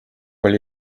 oli